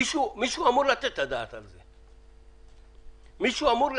מישהו אמור לתת את הדעת על זה, מישהו אמור לפצות,